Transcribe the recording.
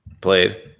played